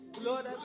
Lord